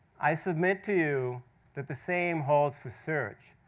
i submit to you that the same holds for search.